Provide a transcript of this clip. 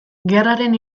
gerraren